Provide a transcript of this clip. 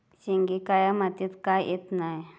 शेंगे काळ्या मातीयेत का येत नाय?